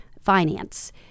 finance